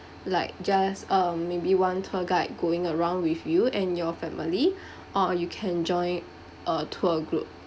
like just uh maybe one tour guide going around with you and your family or you can join a tour group